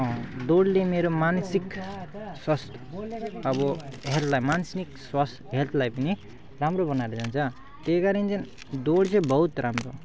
दौडले मेरो मानसिक स्वास्थ्य अब हेल्थलाई मानसिक स्वास्थ्य हेल्थलाई पनि राम्रो बनाएर जान्छ त्यही कारण चाहिँ दौड चाहिँ बहुत राम्रो